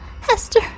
Hester